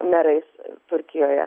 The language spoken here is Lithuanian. merais turkijoje